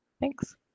Thanks